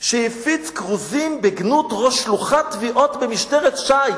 שהפיץ כרוזים בגנות ראש שלוחת תביעות במשטרת ש"י,